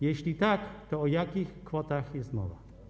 Jeśli tak, to o jakich kwotach jest mowa?